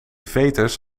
veters